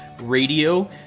Radio